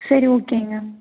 சரி ஓகேங்க